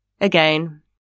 Again